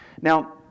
Now